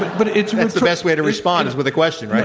but but it's the best way to respond is with a question, right?